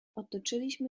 otoczyliśmy